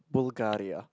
Bulgaria